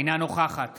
אינה נוכחת